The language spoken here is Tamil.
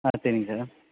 ஆ சரிங்க சார்